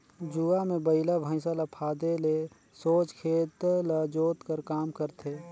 जुवा मे बइला भइसा ल फादे ले सोझ खेत ल जोत कर काम करथे